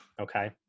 okay